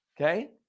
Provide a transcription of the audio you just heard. Okay